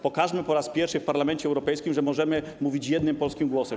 Pokażmy po raz pierwszy w Parlamencie Europejskim, że możemy mówić jednym polskim głosem.